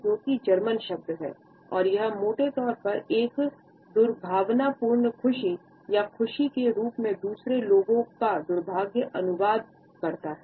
German शब्द है और यह मोटे तौर पर एक दुर्भावनापूर्ण खुशी या खुशी के रूप में दूसरे लोगों का दुर्भाग्य अनुवाद करता है